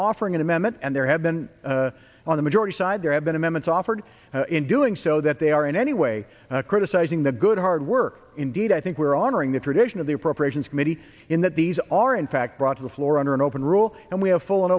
offering an amendment and there have been on the majority side there have been a mammoth offered in doing so that they are in any way criticizing the good hard work indeed i think we're honoring the tradition of the appropriations committee in that these are in fact brought to the floor under an open rule and we have full